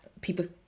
people